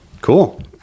cool